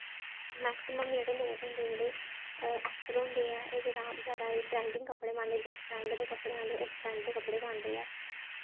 maximum जेह्ड़े लोक होंदे जेह्ड़े ऐक्टर होंदे ऐ एह् जेह्ड़ा जादा एह् ट्रैडिंग कपड़े पांदे ऐ जिस ट्रैंड दे कपड़े आंदे ऐ उस ट्रैंड दे कपड़े पांदे ऐ